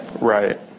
Right